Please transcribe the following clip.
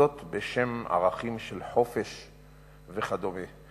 וזאת בשם ערכים של חופש וכדומה.